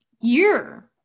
year